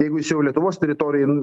jeigu jis jau lietuvos teritorijoj